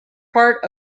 part